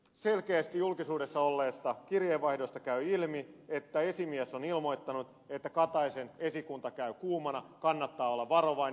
selkeästi julkisuudessa olleesta kirjeenvaihdosta käy ilmi että esimies on ilmoittanut että kataisen esikunta käy kuumana kannattaa olla varovainen